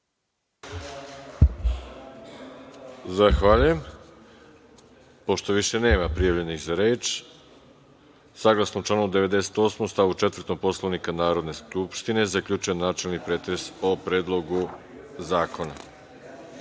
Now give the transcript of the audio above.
Zahvaljujem. Pošto više nema prijavljenih za reč, saglasno članu 98. stav 4. Poslovnika Narodne skupštine, zaključujem načelni pretres o Predlogu zakona. Sa